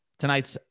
tonight's